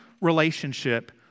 relationship